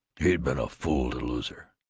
he'd been a fool to lose her.